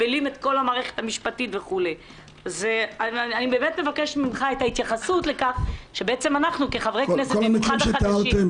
כשאני מחוקקת חוקים וחוקקתי לא מעט חוקים,